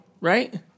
right